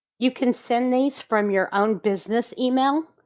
you can send these from your own business, email,